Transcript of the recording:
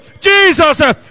Jesus